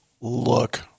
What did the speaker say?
look